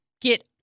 get